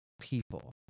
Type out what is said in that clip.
people